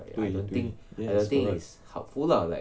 对 that's correct